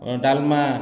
ଡାଲମା